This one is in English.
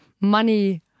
money